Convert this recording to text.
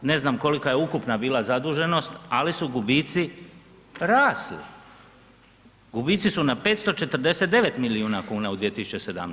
Ne znam kolika je ukupna bila zaduženost, ali su gubici rasli, gubici su na 549 milijuna kuna u 2017.